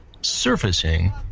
surfacing